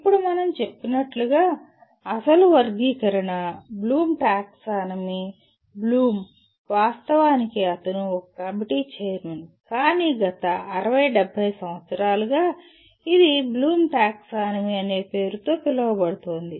ఇప్పుడు మనం చెప్పినట్లుగా అసలు వర్గీకరణ బ్లూమ్ టాక్సానమీ బ్లూమ్ వాస్తవానికి అతను ఒక కమిటీకి ఛైర్మన్ కానీ గత 60 70 సంవత్సరాలుగా ఇది బ్లూమ్ టాక్సానమీ అని పేరుతో పిలవబడుతుంది